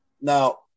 Now